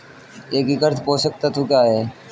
एकीकृत पोषक तत्व क्या है?